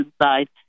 inside